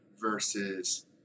versus